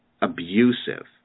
abusive